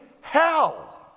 hell